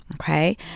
Okay